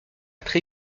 très